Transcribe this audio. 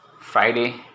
friday